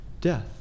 Death